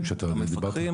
מפקחים